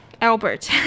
Albert